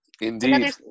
Indeed